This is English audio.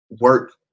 work